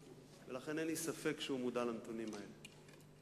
לכן אין לי ספק שהוא מודע לנתונים האלה.